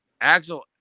Axel